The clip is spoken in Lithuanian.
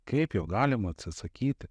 kaip jo galima atsisakyti